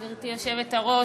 גברתי היושבת-ראש,